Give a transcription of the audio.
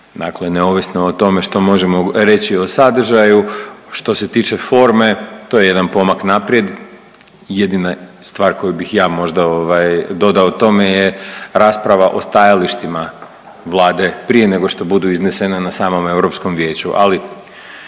neovisno o tome što možemo reći o sadržaju. Što se tiče forme to je jedan pomak naprijed. Jedina stvar koju bih ja možda dodao tome je rasprava o stajalištima Vlade prije nego što budu iznesena na samom Europskom vijeću.